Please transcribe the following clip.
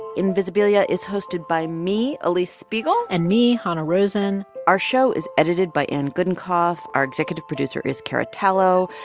invisibilia is hosted by me, ah alix spiegel and me, hanna rosin our show is edited by anne gudenkauf. our executive producer is cara tallo.